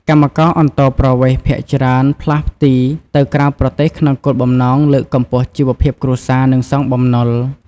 កម្មករអន្តោប្រវេសន៍ភាគច្រើនផ្លាស់ទីទៅក្រៅប្រទេសក្នុងគោលបំណងលើកកម្ពស់ជីវភាពគ្រួសារ និងសងបំណុល។